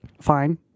Fine